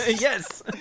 yes